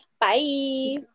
bye